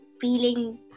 feeling